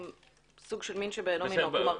סוג של מין בשאינו מינו.